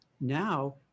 Now